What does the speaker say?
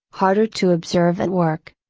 harder to observe at work.